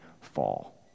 fall